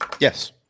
Yes